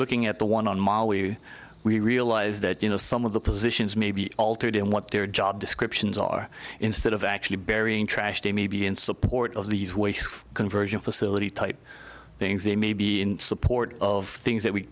looking at the one on ma we we realize that you know some of the positions may be altered in what their job descriptions are instead of actually burying trash they may be in support of these waste conversion facility type things they may be in support of things that we